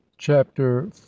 Chapter